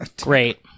Great